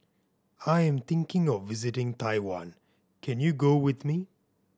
I am thinking of visiting Taiwan can you go with me